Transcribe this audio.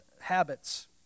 habits